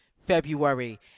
February